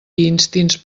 instints